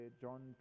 John